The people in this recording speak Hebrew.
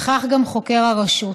וכך גם חוקר הרשות.